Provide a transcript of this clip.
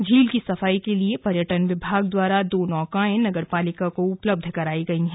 झील की सफाई के लिए पर्यटन विभाग द्वारा दो नौकाएं नगर पालिका को उपलब्ध करायी गयी हैं